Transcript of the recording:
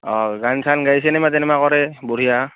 অ' গান চান গাই চিনেমা তিনেমা কৰে বঢ়িয়া